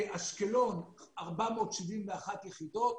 באשקלון 471 יחידות,